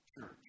church